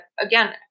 again